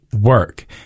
work